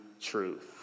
truth